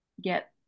get